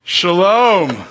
Shalom